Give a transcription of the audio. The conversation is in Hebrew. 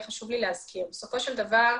בסופו של דבר,